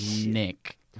Nick